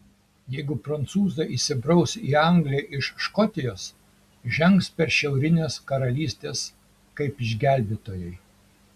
jeigu prancūzai įsibraus į angliją iš škotijos žengs per šiaurines karalystes kaip išgelbėtojai